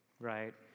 right